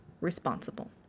responsible